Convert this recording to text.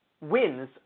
wins